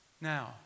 Now